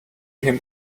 him